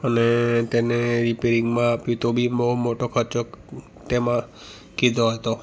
અને તેને રીપૅરિંગમાં આપી તો બી બહુ મોટો ખર્ચો તેમાં કીધો હતો